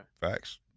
Facts